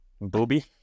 Booby